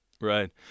Right